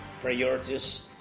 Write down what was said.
priorities